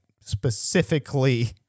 specifically